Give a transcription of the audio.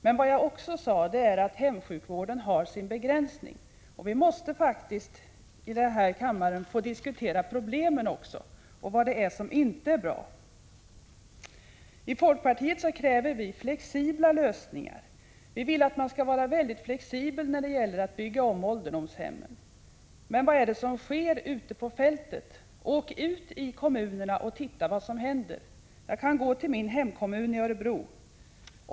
Men jag sade också att hemsjukvården har sin begränsning, och vi måste faktiskt här i kammaren få diskutera också problemen och vad det är som inte är bra. I folkpartiet kräver vi flexibla lösningar. Vi vill att man skall vara väldigt flexibel när det gäller att bygga om ålderdomshemmen. Men vad sker ute på fältet? Åk ut i kommunerna och se efter vad som hänt! Jag kan gå till min hemkommun, Örebro.